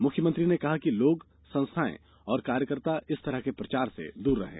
मुख्यमंत्री ने कहा है कि लोग संस्थाएँ और कार्यकर्ता इस तरह के प्रचार से दूर रहें